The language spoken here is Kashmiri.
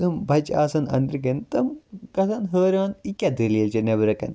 یِم بَچہٕ آسَن أنٛدرٕ کَنۍ تِم گَژھَن ہٲران یہِ کیاہ دٔلیٖل چھِ نٮ۪برٕ کَنۍ